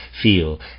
feel